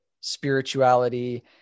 spirituality